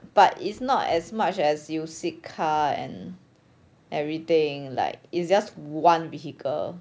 but is not as much as using car and everything like it's just one vehicle